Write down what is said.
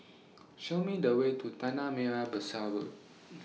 Show Me The Way to Tanah Merah Besar Road